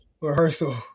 rehearsal